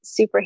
superhero